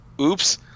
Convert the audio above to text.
oops